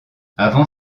avant